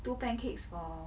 two pancakes for